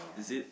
is it